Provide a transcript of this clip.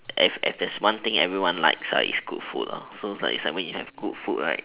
if if there's one thing everyone likes is good food so so it's like when you have good food right